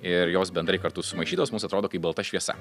ir jos bendrai kartu sumaišytos mums atrodo kaip balta šviesa